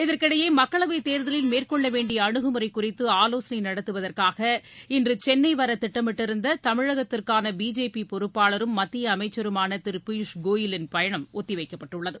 இதற்கிடையே மக்களவை தேர்தலில் மேற்கொள்ளவேண்டிய அனுகுமுறை குறித்து ஆவோசனை நடத்துவதற்காக இன்று சென்னை வரதிட்டமிட்டிருந்த தமிழகத்திற்கான பிஜேபி பொறுப்பாளரும் மத்திய அமைச்சருமான திரு பியூஷ் கோயலின் பயணம் ஒத்திவைக்கப்பட்டுள்ளது